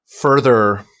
further